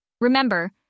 Remember